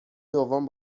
دوم